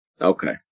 Okay